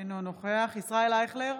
אינו נוכח ישראל אייכלר,